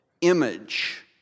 image